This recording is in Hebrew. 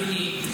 אדוני,